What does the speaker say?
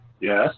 yes